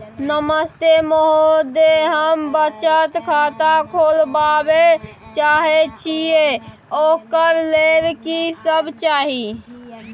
नमस्ते महोदय, हम बचत खाता खोलवाबै चाहे छिये, ओकर लेल की सब चाही?